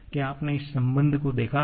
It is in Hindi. क्या आपने इस संबंध को देखा है